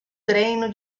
treino